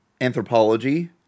Anthropology